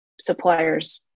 suppliers